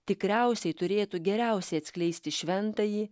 tikriausiai turėtų geriausiai atskleisti šventąjį